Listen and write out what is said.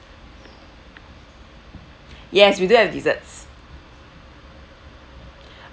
yes we do have desserts